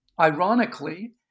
ironically